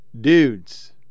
dudes